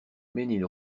mesnil